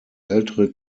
ältere